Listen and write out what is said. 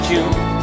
June